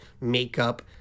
Makeup